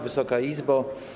Wysoka Izbo!